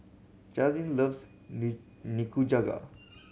Geraldine loves Nikujaga